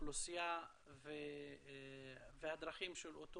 אוכלוסייה והצרכים של אותו